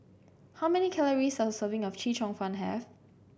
how many calories does a serving of Chee Cheong Fun have